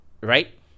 right